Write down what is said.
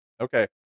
okay